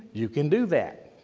you can do that.